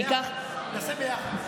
נעשה ביחד.